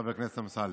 חבר הכנסת אמסלם.